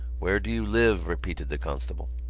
where do you live? repeated the constable.